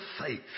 faith